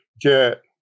get